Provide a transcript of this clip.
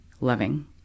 loving